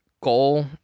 goal